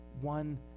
one